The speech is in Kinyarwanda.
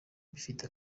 bifite